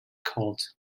called